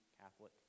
catholic